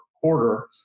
quarter